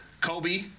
Kobe